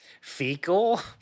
fecal